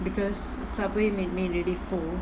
because Subway made me really full